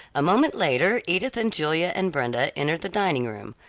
a moment later edith and julia and brenda entered the dining-room,